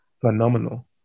phenomenal